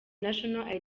national